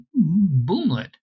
boomlet